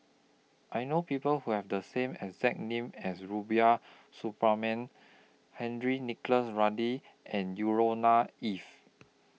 I know People Who Have The same exact name as Rubiah Suparman Henry Nicholas Ridley and Yusnor Ef